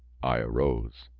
i arose.